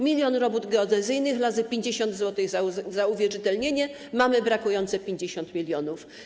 Milion robót geodezyjnych razy 50 zł za uwierzytelnienie - mamy brakujące 50 mln.